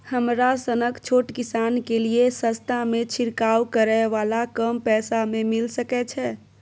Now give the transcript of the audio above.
हमरा सनक छोट किसान के लिए सस्ता में छिरकाव करै वाला कम पैसा में मिल सकै छै?